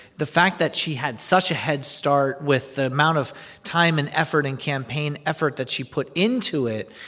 the fact that she had such a head start with the amount of time and effort and campaign effort that she put into it,